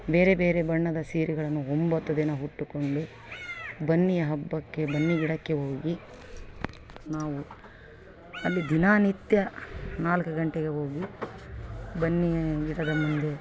ಬೇರೆ ಬೇರೆ ಬಣ್ಣದ ಸೀರೆಗಳನ್ನು ಒಂಬತ್ತು ದಿನ ಉಟ್ಟುಕೊಂಡು ಬನ್ನಿಯ ಹಬ್ಬಕ್ಕೆ ಬನ್ನಿ ಗಿಡಕ್ಕೆ ಹೋಗಿ ನಾವು ಅಲ್ಲಿ ದಿನನಿತ್ಯ ನಾಲ್ಕು ಗಂಟೆಗೆ ಹೋಗಿ ಬನ್ನೀ ಗಿಡದ ಮುಂದೆ